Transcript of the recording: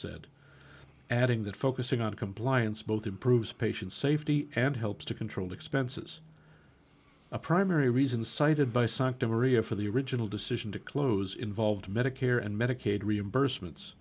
said adding that focusing on compliance both improves patient safety and helps to control expenses a primary reason cited by sancta maria for the original decision to close involved medicare and medicaid reimbursement